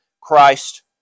Christ